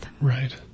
Right